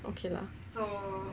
okay lah